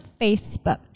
Facebook